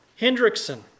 Hendrickson